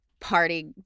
party